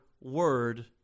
word